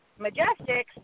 Majestics